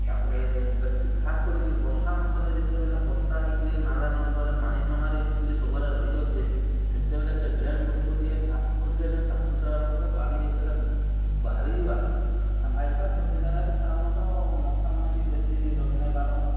ତା'ପ୍ରେ ବେଶୀ ଖାସ୍ କରିକି ବର୍ଷା ମାସରେ ଯେତେବେଲେ ବର୍ଷା ହେଇକିରି ନାଲା ନର୍ଦ୍ଦମାରେ ପାଣି ଜମା ରହିଯାଉଛେ ସବୁଆଡ଼େ ରହିଯାଉଛେ ସେତେବେଲେ ସେ ଡ୍ରେନ୍ ଗୁଡ଼ିକୁ ଟିକେ ସାଫ୍ କରିଦେଲେ ସାଫ୍ ସୁତ୍ରା ରଖ୍ଲେ ପାଣି ଯେତେବେଲେ ବାହାରିଯିବା ସଫା ହେଇଯିବା ତ ସେ ଜାଗାରେ ସାଧାରଣତଃ ମଶାମାନେ ବି ବେଶୀ ରହି ନାଇ ପାରନ୍